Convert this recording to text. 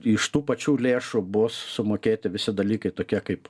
iš tų pačių lėšų bus sumokėti visi dalykai tokie kaip